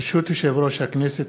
ברשות יושב-ראש הכנסת,